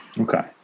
Okay